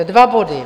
Dva body.